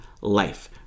life